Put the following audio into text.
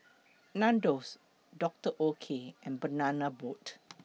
Nandos Dr Oetker and Banana Boat